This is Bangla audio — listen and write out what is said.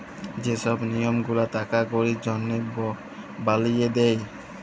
যে ছব লিয়ম গুলা টাকা কড়ির জনহে বালিয়ে দে